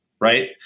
Right